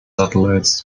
satellites